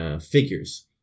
figures